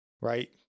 right